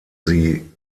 sie